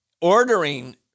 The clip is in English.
ordering